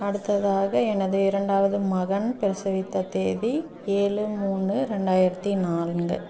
அடுத்ததாக எனது இரண்டாவது மகன் பிரசவித்த தேதி ஏழு மூணு ரெண்டாயிரத்து நான்கு